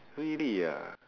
really ah